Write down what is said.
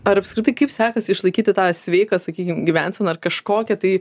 ar apskritai kaip sekasi išlaikyti tą sveiką sakykim gyvenseną ar kažkokią tai